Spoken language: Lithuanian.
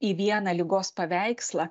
į vieną ligos paveikslą